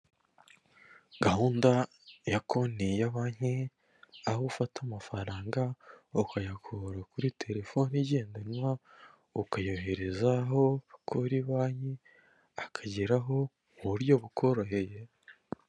Gahunda ya konti ya banki aho ufata amafaranga ukayakura kuri telefone igendanwa ukayoherezaho kuri banki akageraho mu buryo bukoroheye.